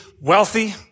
wealthy